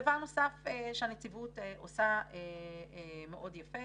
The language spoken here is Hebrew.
דבר נוסף שהנציבות עושה מאוד יפה